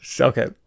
okay